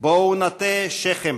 בואו נטה שכם